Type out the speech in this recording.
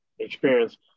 experience